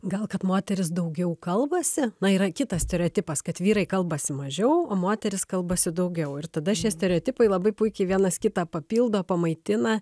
gal kad moterys daugiau kalbasi na yra kitas stereotipas kad vyrai kalbasi mažiau o moterys kalbasi daugiau ir tada šie stereotipai labai puikiai vienas kitą papildo pamaitina